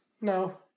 No